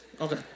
okay